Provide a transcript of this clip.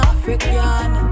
African